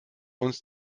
uns